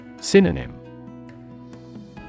Synonym